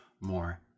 more